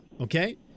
Okay